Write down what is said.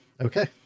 Okay